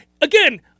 Again